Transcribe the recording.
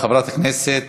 חברת הכנסת